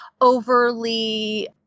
overly